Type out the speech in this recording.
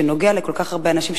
שנוגע לכל כך הרבה אנשים,